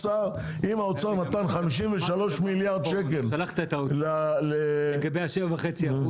אם האוצר נתן 53 מיליארד שקל ל --- שלחת את האוצר לגבי ה-7.5%,